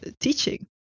teaching